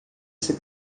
ser